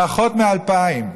פחות מ-2,000.